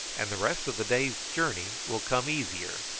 and the rest of the day's journey will come easier.